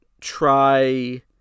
try